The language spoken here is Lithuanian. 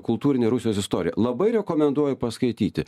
kultūrinė rusijos istorija labai rekomenduoju paskaityti